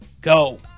go